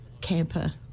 camper